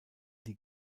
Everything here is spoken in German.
die